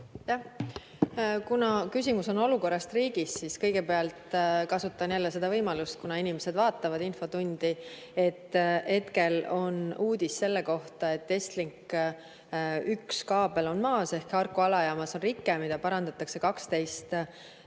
Küsimus on olukorrast riigis ja sellepärast kõigepealt kasutan jälle seda võimalust, kuna inimesed vaatavad infotundi. Hetkel on uudis selle kohta, et Estlink 1 kaabel on maas ehk Harku alajaamas on rike, mida parandatakse 12